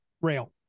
rail